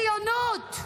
מתוך ציונות.